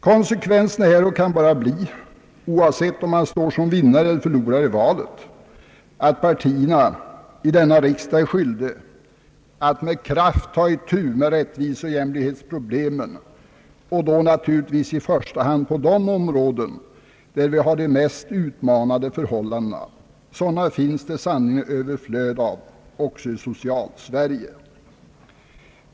Konsekvensen härav kan bara bli, oavsett om man står som vinnare eller förlorare i valet, att partierna i denna riksdag är skyldiga att med kraft ta itu med rättviseoch jämlikhetsproblemen och då naturligtvis i första hand på de områden där vi har de mest utmanande förhållandena. Sådana finns det i sanning ett överflöd av också i Socialsverige.